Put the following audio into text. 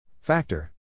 Factor